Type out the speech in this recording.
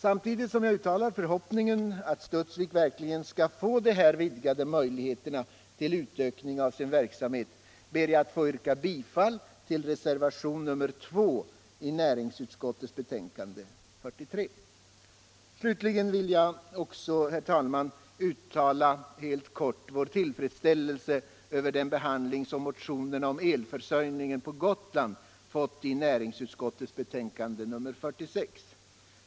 Samtidigt som jag uttalar förhoppningen att Studsvik verkligen skall få de här vidgade möjligheterna till utökning av sin verksamhet, ber jag att få yrka bifall till reservationen nr 2 vid näringsutskottets betänkande nr 43. Slutligen vill jag också, herr talman, helt kort, uttala vår tillfredsställelse över den behandling som motionerna om elförsörjningen på Gotland fått i näringsutskottets betänkande nr 46.